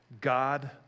God